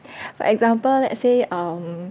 for example let's say um